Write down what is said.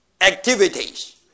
activities